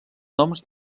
noms